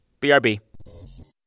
BRB